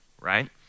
right